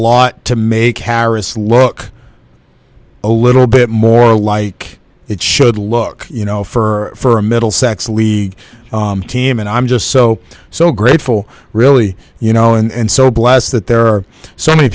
lot to make harris look a little bit more like it should look you know for middlesex league team and i'm just so so grateful really you know and so blessed that there are so many